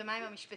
ומה עם המשפטן?